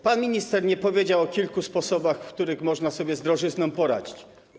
Pan minister nie powiedział o kilku sposobach, którymi można sobie z drożyzną poradzić.